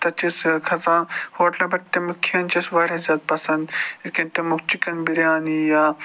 تَتہِ چھِ أسۍ کھسان ہوٹلَن پٮ۪ٹھ تَمیُک کھیٚن چھِ اَسہِ واریاہ زیادٕ پَسنٛد یِتھٕ کٔنۍ تَمیُک چِکَن بِریانی یا